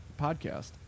podcast